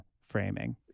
framing